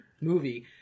movie